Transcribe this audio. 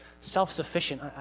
Self-sufficient